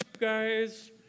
guys